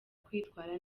kwitwara